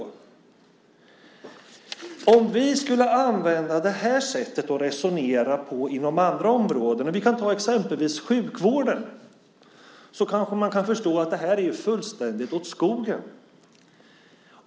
Tänk om vi skulle använda det här sättet att resonera inom andra områden. Vi kan exempelvis ta sjukvården. Då kanske man kan förstå att det här är fullständigt åt skogen.